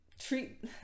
treat